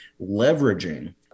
leveraging